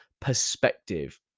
perspective